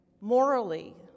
Morally